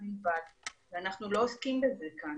שזו מגבלה שקיימת ברוב העולם ואל לנו לעשות אותה.